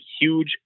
huge